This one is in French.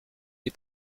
les